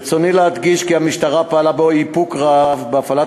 ברצוני להדגיש כי המשטרה פעלה באיפוק רב בהפעלת